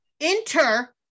enter